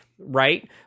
right